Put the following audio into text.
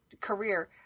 career